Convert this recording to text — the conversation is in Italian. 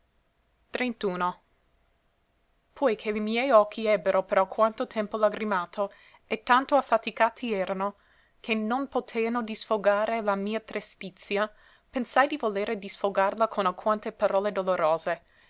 iente oi che li miei occhi ebbero per alquanto tempo lagrimato e tanto affaticati erano che non poteano disfogare la mia trestizia pensai di volere disfogarla con alquante parole dolorose